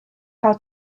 how